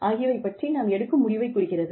ஆகியவை பற்றி நாம் எடுக்கும் முடிவை குறிக்கிறது